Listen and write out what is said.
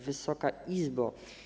Wysoka Izbo!